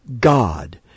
God